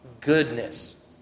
goodness